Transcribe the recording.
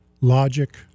logic